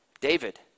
David